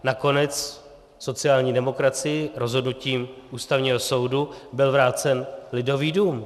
Nakonec sociální demokracii rozhodnutím Ústavního soudu byl vrácen Lidový dům.